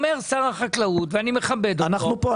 אומר שר החקלאות ואני מכבד אותו --- אנחנו פה,